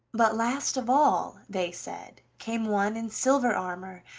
but last of all, they said, came one in silver armor,